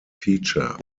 feature